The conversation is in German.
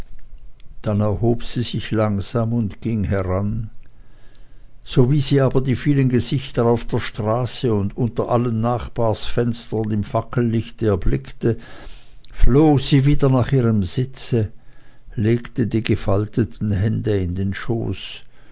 dann erhob sie sich langsam und ging heran sowie sie aber die vielen gesichter auf der straße und unter allen nachbarfenstern im fackellichte erblickte floh sie wieder nach ihrem sitze legte die gefalteten hände in den schoß